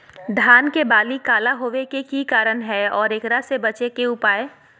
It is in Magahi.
धान के बाली काला होवे के की कारण है और एकरा से बचे के उपाय?